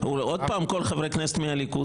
אני אישית ביקשתי במליאה נגב וגליל.